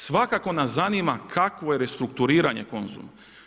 Svakako nas zanima kakvo je restrukturiranje Konzuma.